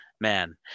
man